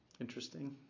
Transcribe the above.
interesting